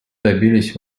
добились